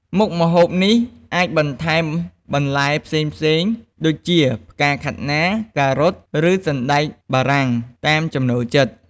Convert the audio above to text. មុខម្ហូបនេះអាចបន្ថែមបន្លែផ្សេងៗដូចជា ផ្កាខាត់ណា ការ៉ុត ឬសណ្តែកបារាំង តាមចំណូលចិត្ត។